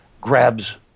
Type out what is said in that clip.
grabs